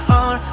on